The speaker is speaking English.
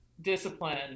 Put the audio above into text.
discipline